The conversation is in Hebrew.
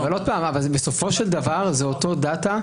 בסופו של דבר, זה אותו דאטה.